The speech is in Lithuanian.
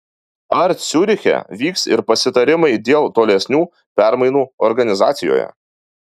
ar ciuriche vyks ir pasitarimai dėl tolesnių permainų organizacijoje